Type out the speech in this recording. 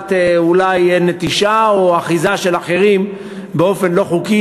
לטובת אולי נטישה או אחיזה באופן לא חוקי